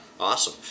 awesome